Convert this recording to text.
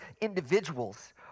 individuals